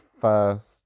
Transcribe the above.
first